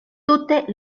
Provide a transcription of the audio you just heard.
tute